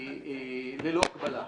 ללא הגבלה.